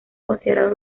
considerados